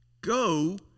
go